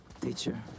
teacher